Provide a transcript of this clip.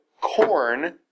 corn